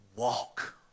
walk